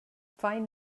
find